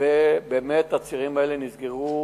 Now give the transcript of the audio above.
ובאמת הצירים האלה נסגרו